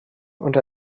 und